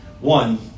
One